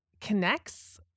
connects